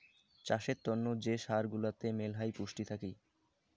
চাষের তন্ন যে সার গুলাতে মেলহাই পুষ্টি থাকি